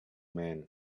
man